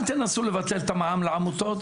אל תנסו לבטל את המע"מ לעמותות,